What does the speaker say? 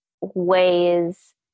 ways